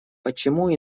почему